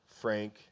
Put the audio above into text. frank